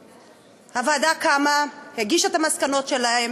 הוועדה קמה ב-2009, הגישה את המסקנות שלה,